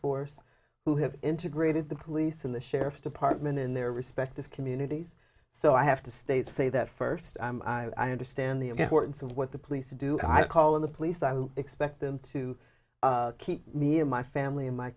force who have integrated the police in the sheriff's department in their respective communities so i have to state say that first i understand the importance of what the police do i call in the police i expect them to keep me and my family and my